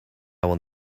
will